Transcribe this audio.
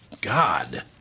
God